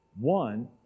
One